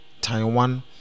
taiwan